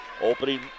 Opening